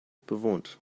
bewohnt